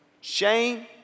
Shame